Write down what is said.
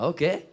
Okay